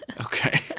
Okay